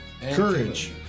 Courage